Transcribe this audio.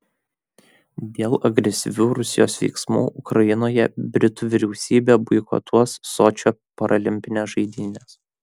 dėl agresyvių rusijos veiksmų ukrainoje britų vyriausybė boikotuos sočio paralimpines žaidynes